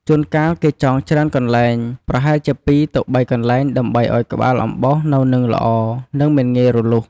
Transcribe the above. ជួនកាលគេចងច្រើនកន្លែង ប្រហែលជា ២ ទៅ ៣ កន្លែង ដើម្បីឲ្យក្បាលអំបោសនៅនឹងល្អ និងមិនងាយរលុះ។